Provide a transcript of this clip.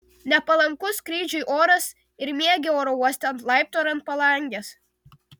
nepalankus skrydžiui oras ir miegi oro uoste ant laiptų ar ant palangės